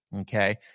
Okay